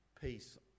peace